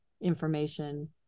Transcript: information